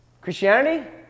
Christianity